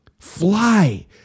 Fly